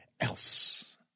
else